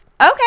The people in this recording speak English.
Okay